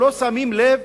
שלא שמים לב